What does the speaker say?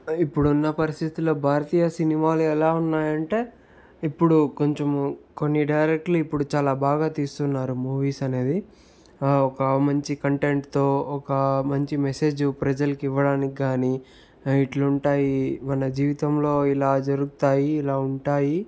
ఇప్పుడున్న పరిస్థితుల్లో భారతీయ సినిమాలు ఎలా ఉన్నాయంటే ఇప్పుడు కొంచెం కొన్ని డైరెక్టర్లు ఇప్పుడు చాలా బాగా తీస్తున్నారు మూవీస్ అనేది ఒక మంచి కంటెంట్తో ఒక మంచి మెసేజ్ ప్రజలకు ఇవ్వడానికి గాని ఇట్లుంటాయి మన జీవితంలో ఇలా జరుగుతాయి ఇలా ఉంటాయి